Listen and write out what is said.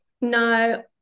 no